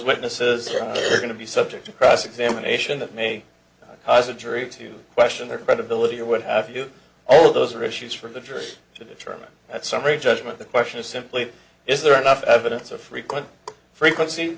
witnesses are going to be subject to cross examination that may cause a jury to question their credibility or what have you all those are issues for the jurors to determine that summary judgment the question is simply is there enough evidence or frequent frequency